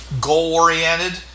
goal-oriented